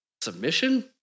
Submission